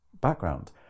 background